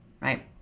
right